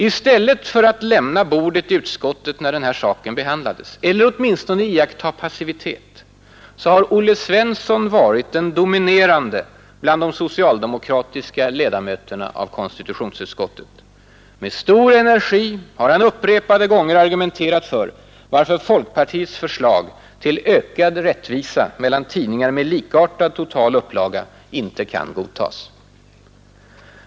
I stället för att lämna bordet i utskottet när denna sak behandlades, eller åtminstone iaktta passivitet, har Olle Svensson varit den dominerande bland de socialdemokratiska ledamöterna av konstitutionsutskottet. Med stor energi har han upprepade gånger argumenterat för varför folkpartiets förslag till ökad rättvisa mellan tidningar med likartad total upplaga inte kan godtas.